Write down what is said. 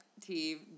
team